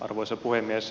arvoisa puhemies